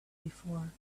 before